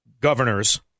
governors